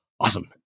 awesome